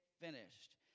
finished